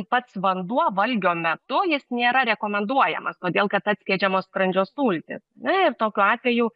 pats vanduo valgio metu jis nėra rekomenduojamas todėl kad atskiedžiamos skrandžio sultys na ir tokiu atveju